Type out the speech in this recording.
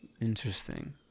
Interesting